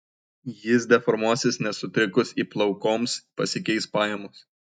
jis deformuosis nes sutrikus įplaukoms pasikeis pajamos